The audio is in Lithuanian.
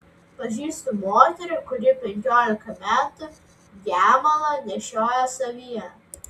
pažįstu moterį kuri penkiolika metų gemalą nešiojo savyje